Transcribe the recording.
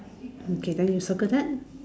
okay then you circle that